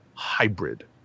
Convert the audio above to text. hybrid